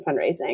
fundraising